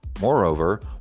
Moreover